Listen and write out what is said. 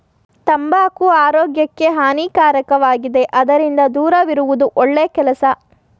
ತಂಬಾಕು ಆರೋಗ್ಯಕ್ಕೆ ಹಾನಿಕಾರಕವಾಗಿದೆ ಅದರಿಂದ ದೂರವಿರುವುದು ಒಳ್ಳೆ ಕೆಲಸ